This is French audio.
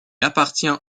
appartient